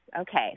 Okay